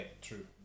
true